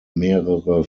mehrere